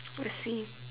let's see